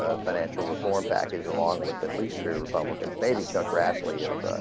ah financial reform package along with at least three republicans baby chuck grassley of ah.